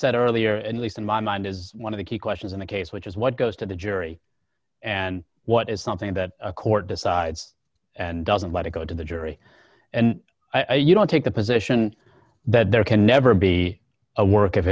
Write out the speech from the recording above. said earlier at least in my mind as one of the key questions in the case which is what goes to the jury and what is something that a court decides and doesn't let it go to the jury and you don't take the position that there can never be a work